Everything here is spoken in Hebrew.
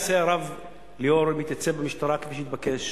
טוב יעשה הרב ליאור אם יתייצב במשטרה כפי שהתבקש,